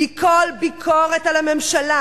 כי כל ביקורת על הממשלה,